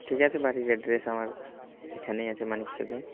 ঠিক আছে বাড়ির অ্যাড্রেস আমার এখানেই আছে মণিক চকে